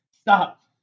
stop